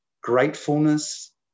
gratefulness